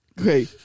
Okay